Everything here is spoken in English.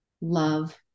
love